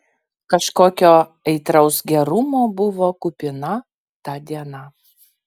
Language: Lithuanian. kažkokio aitraus gerumo buvo kupina ta diena